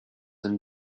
and